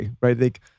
right